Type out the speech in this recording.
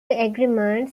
agreement